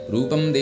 Rupam